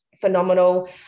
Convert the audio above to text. phenomenal